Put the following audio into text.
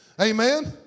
Amen